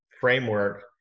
framework